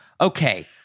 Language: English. Okay